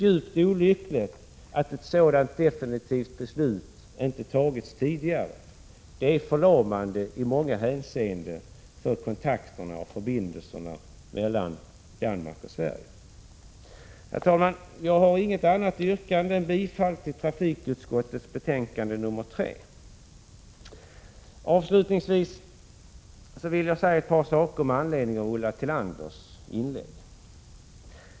Jag har inget annat yrkande än om bifall till hemställan i trafikutskottets betänkande nr 3. Avslutningsvis vill jag säga några saker med anledning av Ulla Tillanders inlägg.